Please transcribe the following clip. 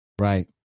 Right